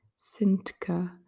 Sintka